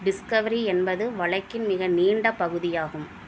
Discovery என்பது வழக்கின் மிக நீண்ட பகுதியாகும்